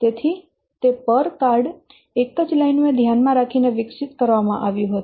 તેથી તે પર કાર્ડ એક જ લાઈન ને ધ્યાનમાં રાખીને વિકસિત કરવામાં આવ્યું હતું